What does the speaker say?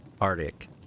Arctic